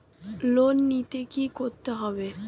Loan নিতে কী করতে হবে?